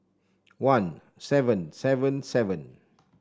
one seven seven seven